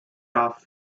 off